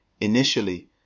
Initially